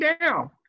down